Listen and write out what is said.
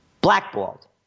Blackballed